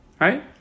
Right